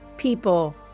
People